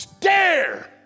dare